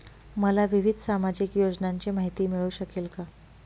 मला विविध सामाजिक योजनांची माहिती मिळू शकेल का?